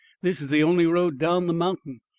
this is the only road down the mountain,